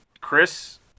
Chris